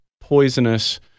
poisonous